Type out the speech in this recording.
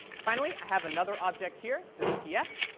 finally, i have another object here, this tf.